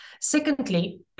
Secondly